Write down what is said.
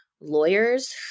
lawyers